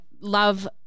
love